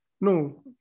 no